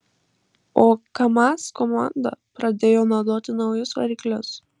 o kamaz komanda pradėjo naudoti naujus variklius